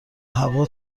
هوا